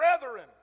brethren